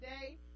today